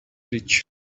ditch